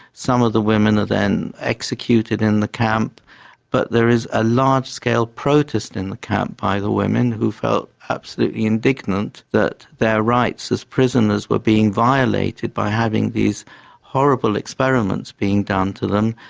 some of the women are then executed in the camp but there is a large scale protest in the camp by the women who felt absolutely indignant that their rights as prisoners were being violated by having these horrible experiments being done to them.